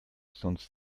sonst